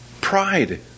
pride